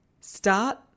Start